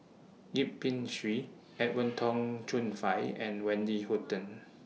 Yip Pin Xiu Edwin Tong Chun Fai and Wendy Hutton